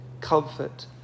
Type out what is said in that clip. comfort